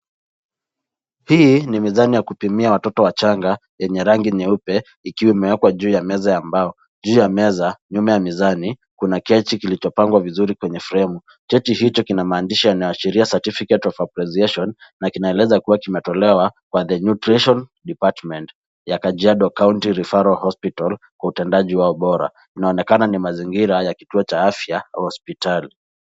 Hii ni mizani ya kupima watoto wachanga yenye rangi nyeupe, ikiwa imewekwa kwenye meza ya mbao. Juu ya meza, nyuma ya mizani, kuna kechi kilichopangwa vizuri kwenye fremu. Kechi hicho kina maandishi yanayoashiria Certificate of Appreciation na kinaeleza kuwa kimetolewa kwa the Nutrition Department ya Kajiado County Referral Hospital, kwa utendaji wao bora. Inaonekana ni mazingira ya kituo cha afya au hospitali.